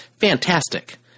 Fantastic